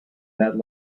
that